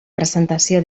presentació